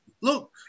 Look